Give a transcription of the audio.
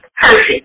perfect